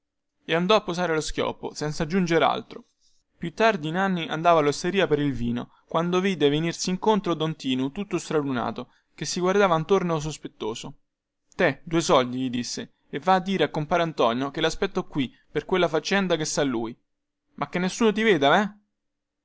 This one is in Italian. e andò a posare lo schioppo senza aggiunger altro più tardi nanni andava allosteria per il vino quando vide venirsi incontro don tinu tutto stralunato che si guardava attorno sospettoso te due soldi gli disse e va a dire a compare antonio che laspetto qui per quella faccenda che sa lui ma che nessuno ti veda veh